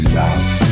love